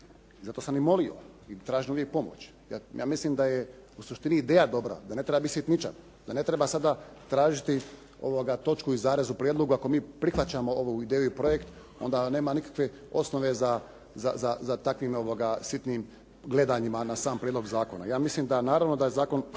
Zato sam i molio i tražim uvijek pomoć. Ja mislim da je u suštini ideja dobra, da ne treba biti sitničav, da ne treba sada tražiti točku i zarez u prijedlogu ako mi prihvaćamo ovu ideju i projekt, onda nema nikakve osnove za takvim sitnim gledanjima na sam prijedlog zakona. Ja mislim da naravno da je zakon